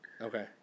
Okay